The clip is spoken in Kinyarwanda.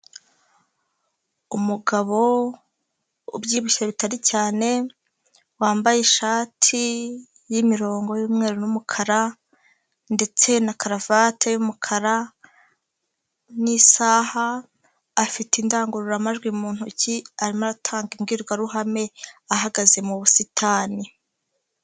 Umugabo ubyibushye bitari cyane, wambaye ishati y'imirongo y'umweru n'umukara ndetse na karuvati y'umukara n'isaha, afite indangururamajwi mu ntoki arimo aratanga imbwirwaruhame, ahagaze mu busitani.